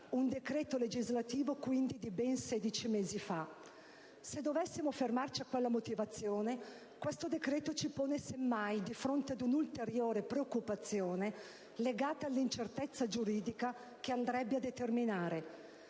che risale quindi a ben 16 mesi fa. Se dovessimo fermarci a quella motivazione, dovremmo dire che questo decreto ci pone semmai di fronte ad un'ulteriore preoccupazione, legata all'incertezza giuridica che andrebbe a determinare.